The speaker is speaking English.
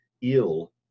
ill